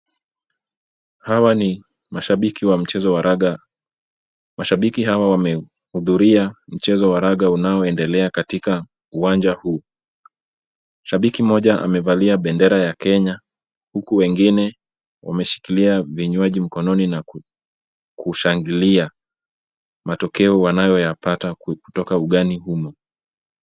Hawa ni mashabiki wa mchezo wa raga. Mashabiki hawa wamehudhuria mchezo wa raga unaoendelea katika uwanja huu. Shabiki mmoja amevalia bendera ya Kenya huku wengine wameshikilia vinywaji mkononi na kushangilia matokeo wanayoyapata kutoka ugani humu.